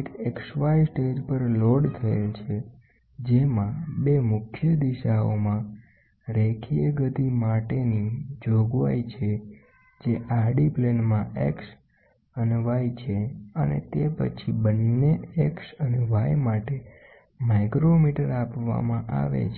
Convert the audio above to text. એક XY stage પર load થયેલ છે જેમાં 2 મુખ્ય દિશાઓમાં રેખીય ગતિ માટેની જોગવાઈ છે જે આડી plane માં X અને Y છે અને તે પછી બંને X અને Y માટે માઇક્રોમિટર આપવામાં આવે છે